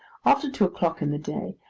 after two o'clock in the day,